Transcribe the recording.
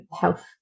health